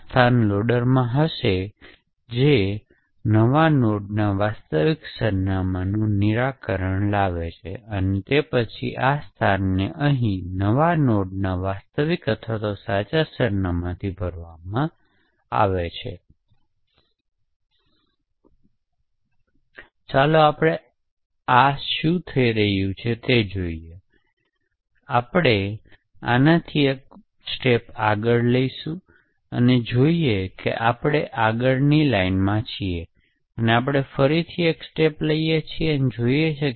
આ ચોક્કસ પુનરાવૃત્તિના અંતે તે સમયગાળો છે અને યાદ કરો કે સમયગાળો 2 24 પર સેટ થયેલ છે